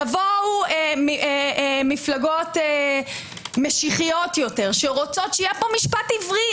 יבואו מפלגות משיחיות יותר שרוצות שיהיה פה משפט עברי.